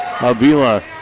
Avila